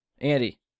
Andy